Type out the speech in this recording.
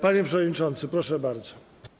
Panie przewodniczący, proszę bardzo.